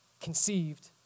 conceived